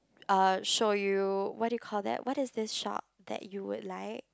uh show you what you call that what is this shop that you would like